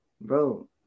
bro